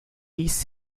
ist